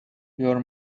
your